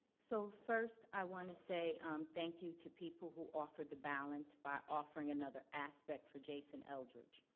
so first, i want to say thank you to people who offered the balance by offering another aspect for jason eldredge.